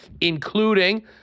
including